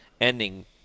ending